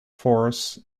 fours